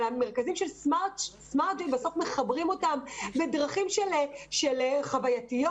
המרכזיים של smart-J מחברים אותם בדרכים חווייתיות,